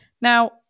Now